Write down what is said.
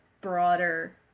broader